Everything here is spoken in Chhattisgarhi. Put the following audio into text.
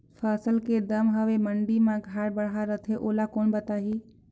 फसल के दम हवे मंडी मा घाट बढ़ा रथे ओला कोन बताही?